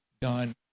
done